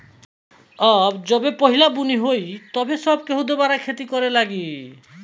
अब जबे पहिला बुनी होई तब से सब केहू दुबारा खेती करे लागी